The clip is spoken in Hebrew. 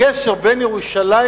לקשר בין ירושלים